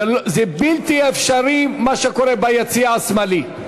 זה בלתי אפשרי מה שקורה ביציע השמאלי,